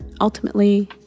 Ultimately